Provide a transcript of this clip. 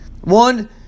one